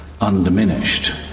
undiminished